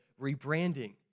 rebranding